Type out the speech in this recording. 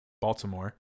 Baltimore